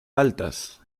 altas